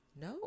No